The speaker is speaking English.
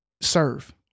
serve